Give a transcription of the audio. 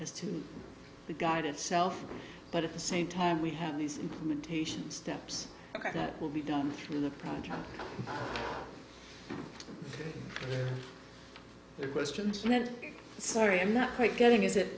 as to the guide itself but at the same time we have these implementation steps that will be done through the prime time the questions sorry i'm not quite getting is it